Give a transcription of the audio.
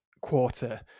quarter